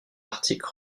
article